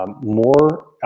more